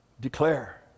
declare